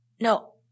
no